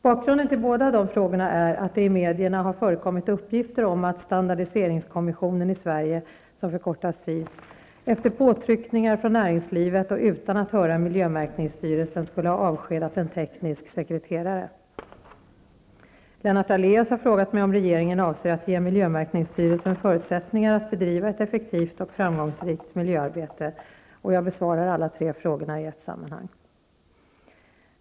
Bakgrunden till båda dessa frågor är att det i medierna har förekommit uppgifter om att Standardiseringskommissionen i Sverige efter påtryckningar från näringslivet och utan att höra miljömärkningsstyrelsen skulle ha avskedat en teknisk sekreterare. Lennart Daléus har frågat mig om regeringen avser att ge miljömärkningsstyrelsen förutsättningar att bedriva ett effektivt och framgångsrikt miljöarbete. Jag besvarar alla tre frågorna i ett sammanhang.